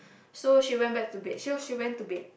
so she went back to bed so she went to bed